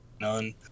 none